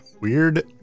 weird